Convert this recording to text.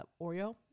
Oreo